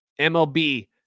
MLB